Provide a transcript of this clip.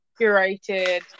curated